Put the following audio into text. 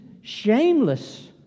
shameless